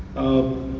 of